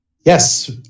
Yes